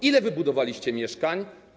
Ile wybudowaliście mieszkań?